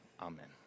Amen